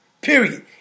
period